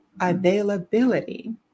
availability